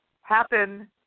happen